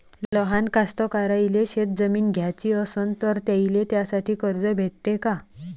लहान कास्तकाराइले शेतजमीन घ्याची असन तर त्याईले त्यासाठी कर्ज भेटते का?